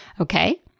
Okay